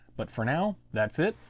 but for now that's it,